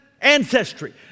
ancestry